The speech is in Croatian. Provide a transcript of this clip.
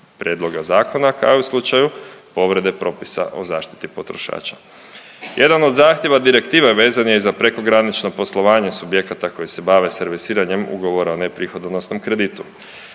prijedloga zakona kao i u slučaju povrede propisa o zaštiti potrošača. Jedan od zahtijeva direktive vezan je za prekogranično poslovanje subjekata koji se bave servisiranjem ugovora o neprihodonosnom kreditu.